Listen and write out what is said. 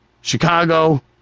Chicago